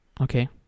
Okay